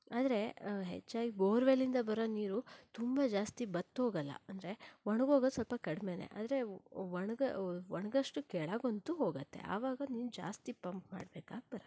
ಆದರೆ ಹೆಚ್ಚಾಗಿ ಬೋರ್ವೆಲ್ಲಿಂದ ಬರೋ ನೀರು ತುಂಬ ಜಾಸ್ತಿ ಬತ್ತೋಗಲ್ಲ ಅಂದರೆ ಒಣಗೋಗೋದು ಸ್ವಲ್ಪ ಕಡಿಮೆಯೇ ಆದರೆ ಒಣಗಿ ಒಣಗಷ್ಟು ಕೆಳಗಂತೂ ಹೋಗತ್ತೆ ಆವಾಗ ನೀರು ಜಾಸ್ತಿ ಪಂಪ್ ಮಾಡಬೇಕಾಗಿ ಬರುತ್ತೆ